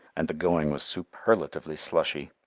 and the going was superlatively slushy.